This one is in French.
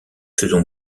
faisons